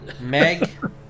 Meg